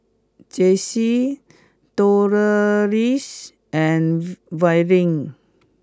Jessi Delois and Verlin